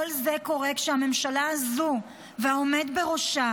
כל זה קורה כשהממשלה הזו והעומד בראשה